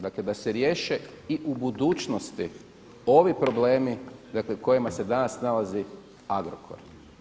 Dakle, da se riješe i u budućnosti ovi problemi, dakle kojima se danas nalazi Agrokor.